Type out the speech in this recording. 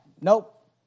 nope